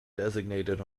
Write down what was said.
designated